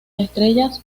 estrellas